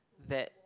that